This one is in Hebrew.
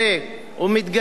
ומתגאים בכך,